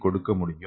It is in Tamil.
கொடுக்க முடியும்